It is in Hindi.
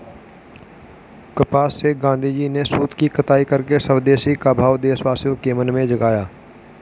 कपास से गाँधीजी ने सूत की कताई करके स्वदेशी का भाव देशवासियों के मन में जगाया